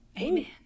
Amen